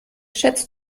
schätzt